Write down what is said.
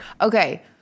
Okay